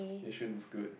Yishun is good